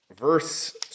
verse